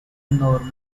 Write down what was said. normal